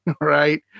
right